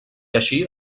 així